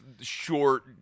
short